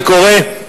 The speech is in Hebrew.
אני קורא את